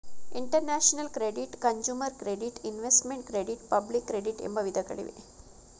international credit, consumer credit, investment credit public credit ಎಂಬ ವಿಧಗಳಿವೆ